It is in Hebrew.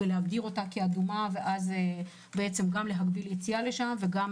להגדיר אותה אדומה ואז להגביל יציאה לשם וגם